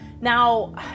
Now